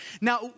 Now